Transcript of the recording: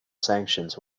sanctions